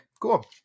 cool